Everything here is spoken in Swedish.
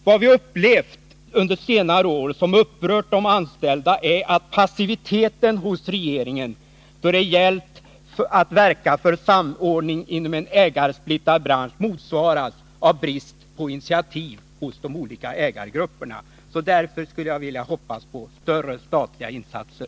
Vad vi under senare år upplevt som upprört de anställda är att passiviteten hos regeringen då det gällt att verka för samordning inom en ägarsplittrad bransch motsvaras av brist på initiativ hos de olika ägargrupperna. Därför skulle jag vilja hoppas på större statliga insatser.